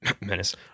menace